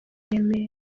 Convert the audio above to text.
remera